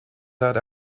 that